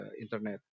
internet